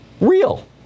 real